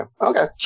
Okay